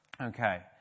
Okay